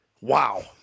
Wow